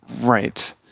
Right